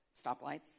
stoplights